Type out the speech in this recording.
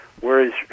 whereas